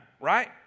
right